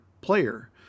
player